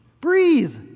Breathe